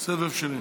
סבב שני.